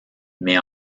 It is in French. mais